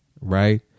right